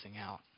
out